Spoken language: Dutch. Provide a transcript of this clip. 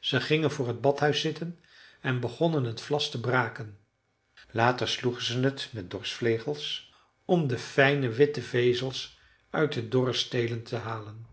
ze gingen voor het badhuis zitten en begonnen het vlas te braken later sloegen ze het met dorschvlegels om de fijne witte vezels uit de dorre stelen te halen